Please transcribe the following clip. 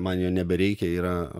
man jo nebereikia yra